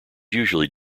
usually